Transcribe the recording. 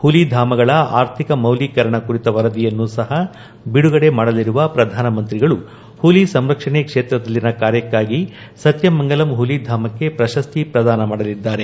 ಹುಲಿಧಾಮಗಳ ಆರ್ಥಿಕ ಮೌಲೀಕರಣ ಕುರಿತ ವರದಿಯನ್ನು ಸಹ ಬಿಡುಗಡೆ ಮಾಡಲಿರುವ ಪ್ರಧಾನಮಂತ್ರಿಗಳು ಹುಲಿ ಸಂರಕ್ಷಣೆ ಕ್ಷೇತ್ರದಲ್ಲಿನ ಕಾರ್ಯಕ್ಕಾಗಿ ಸತ್ಯಮಂಗಲಂ ಹುಲಿಧಾಮಕ್ಕೆ ಪ್ರಶಸ್ತಿ ಪ್ರದಾನ ಮಾಡಲಿದ್ದಾರೆ